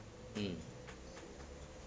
mm